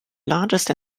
largest